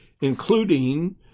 including